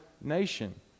nation